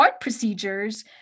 procedures